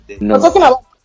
no